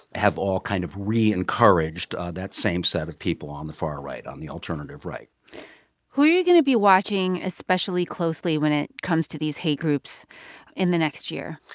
have all, kind of, re-encouraged that same set of people on the far right, on the alternative right who are you going to be watching especially closely when it comes to these hate groups in the next year?